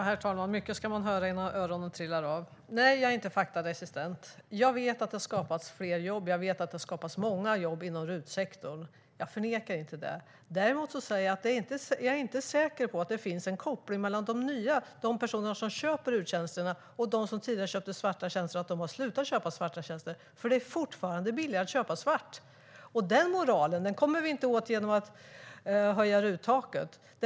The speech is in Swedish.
Herr talman! Mycket ska man höra innan öronen trillar av. Nej, jag är inte faktaresistent. Jag vet att det skapats fler jobb. Jag vet att det skapats många jobb inom RUT-sektorn. Jag förnekar inte det. Däremot säger jag att jag inte är säker på att det finns en koppling mellan de personer som köper RUT-tjänsterna och de personer som tidigare köpte svarta tjänster. Jag är inte säker på att de har slutat köpa svarta tjänster, för det är fortfarande billigare att köpa svart. Och den moralen kommer vi inte åt genom att höja RUT-taket.